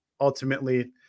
ultimately